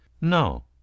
No